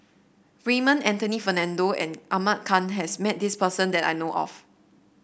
Raymond Anthony Fernando and Ahmad Khan has met this person that I know of